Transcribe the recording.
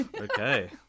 Okay